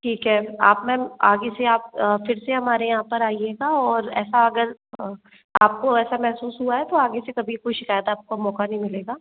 ठीक है आप मैम आगे से आप फिर से हमारे यहाँ पर आएगा और ऐसा अगर आपको ऐसा महसूस हुआ है तो आगे से कभी कोई शिकायत का आपको मौका नहीं मिलेगा